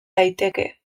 daiteke